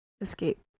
escape